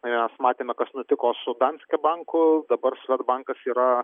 mes matėme kas nutiko su danske banku dabar svedbankas yra